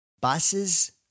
Buses